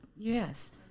Yes